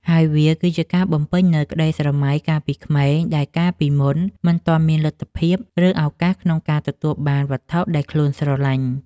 ហើយវាគឺជាការបំពេញនូវក្ដីស្រមៃកាលពីក្មេង ដែលកាលពីមុនមិនទាន់មានលទ្ធភាព ឬឱកាសក្នុងការទទួលបានវត្ថុដែលខ្លួនស្រឡាញ់។